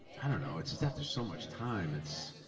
i don't know. it's just after so much time, it's.